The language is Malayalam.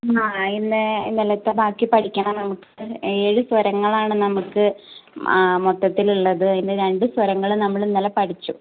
ആ ഇന്ന് ഇന്നലത്തെ ബാക്കി പഠിക്കണം നമുക്ക് ഏഴ് സ്വരങ്ങളാണ് നമുക്ക് മൊത്തത്തിൽ ഉള്ളത് അതിൻ്റെ രണ്ട് സ്വരങ്ങൾ നമ്മൾ ഇന്നലെ പഠിച്ചു